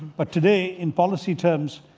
but today in policy terms,